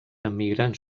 emigrants